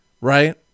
right